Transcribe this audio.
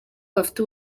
bafite